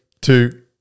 two